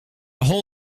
whole